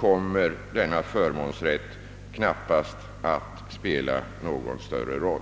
kommer denna förmånsrätt knappast att spela någon större roll.